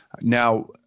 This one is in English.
Now